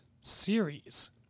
series